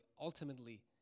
ultimately